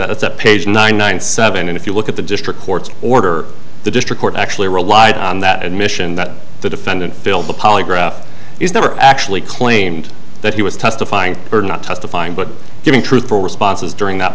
a page nine nine seven and if you look at the district court's order the district court actually relied on that admission that the defendant filled the polygraph never actually claimed that he was testifying or not testifying but giving truthful responses during that